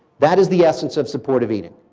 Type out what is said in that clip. that is the essence of support of eating.